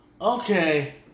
Okay